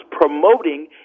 promoting